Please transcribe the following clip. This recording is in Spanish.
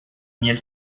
miel